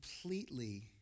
Completely